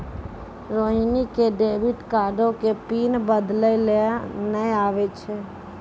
रोहिणी क डेबिट कार्डो के पिन बदलै लेय नै आबै छै